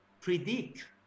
predict